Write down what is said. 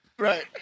Right